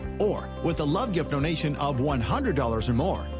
or with a love gift donation of one hundred dollars or more,